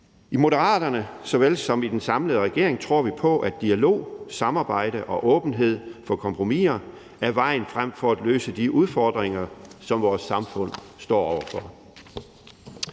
I Moderaterne såvel som i den samlede regering tror vi på, at dialog, samarbejde og åbenhed for kompromiser er vejen frem for at løse de udfordringer, som vores samfund står over for.